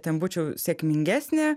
ten būčiau sėkmingesnė